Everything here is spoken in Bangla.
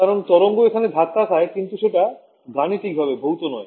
কারণ তরঙ্গ এখানে ধাক্কা খায় কিন্তু সেটা গাণিতিকভাবে ভৌত নয়